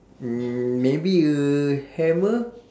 m~ maybe a hammer